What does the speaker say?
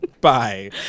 Bye